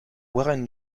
warren